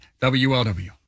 WLW